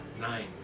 Nine